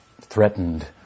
threatened